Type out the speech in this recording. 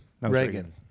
Reagan